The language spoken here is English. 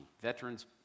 veterans